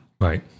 Right